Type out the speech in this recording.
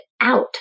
out